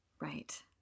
Right